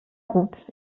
gut